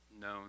known